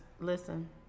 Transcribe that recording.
Listen